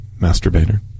masturbator